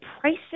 prices